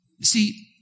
See